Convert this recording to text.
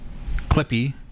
Clippy